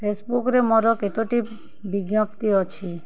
ଫେସବୁକରେ ମୋର କେତୋଟି ବିଜ୍ଞପ୍ତି ଅଛି